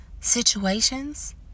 situations